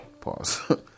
pause